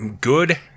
good